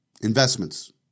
investments